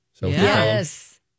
Yes